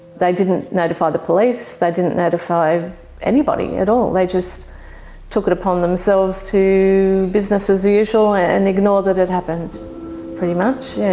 they didn't notify the police. they didn't notify anybody at all. they just took it upon themselves to business as usual and ignore that it happened pretty much,